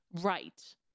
Right